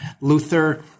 Luther